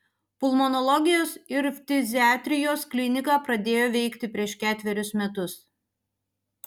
pulmonologijos ir ftiziatrijos klinika pradėjo veikti prieš ketverius metus